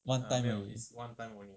one time